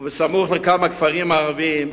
ובסמוך לכמה כפרים ערביים,